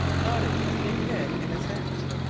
nodded his big head in assent.